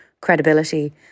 credibility